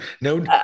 No